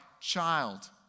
child